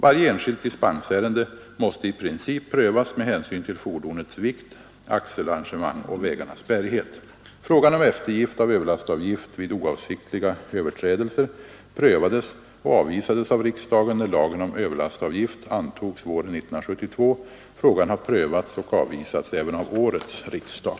Varje enskilt dispensärende måste i princip prövas med hänsyn till fordonets vikt, axelarrangemang och vägarnas bärighet. Frågan om eftergift av överlastavgift vid oavsiktliga överträdelser prövades och avvisades av riksdagen, när lagen om överlastavgift antogs våren 1972. Frågan har prövats och avvisats även av årets riksdag.